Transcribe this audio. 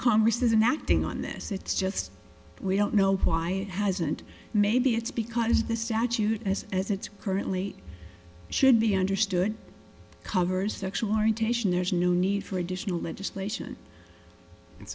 congress is in acting on this it's just we don't know why it hasn't maybe it's because the statute as as it's currently should be understood covers sexual orientation there's no need for additional legislation and